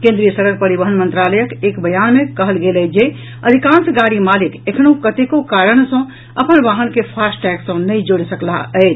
केंद्रीय सड़क परिवहन मंत्रालयक एक बयान मे कहल गेल अछि जे अधिकांश गाड़ी मालिक एखनहूँ कतेको कारण सँ अपन वाहन के फास्टटैग सँ नहि जोड़ि सकलाह अछि